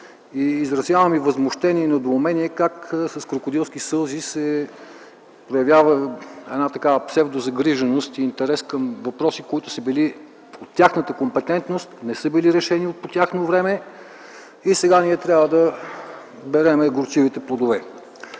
Изразявам възмущение и недоумение как с крокодилски сълзи се проявява една такава псевдозагриженост и интерес към въпроси, които са били в тяхната компетентност, не са били решени по тяхно време и сега ние трябва да берем горчивите плодове.